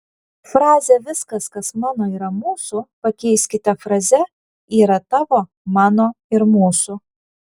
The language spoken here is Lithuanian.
frazę viskas kas mano yra mūsų pakeiskite fraze yra tavo mano ir mūsų